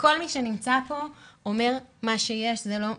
וכל מי שנמצא פה אומר שמה שיש זה לא מספיק.